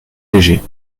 léger